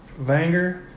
Vanger